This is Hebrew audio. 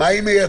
מה היא מייצרת?